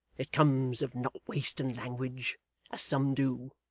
it comes of not wasting language as some do